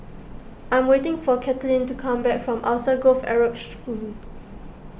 I'm waiting for Cathleen to come back from Alsagoff Arab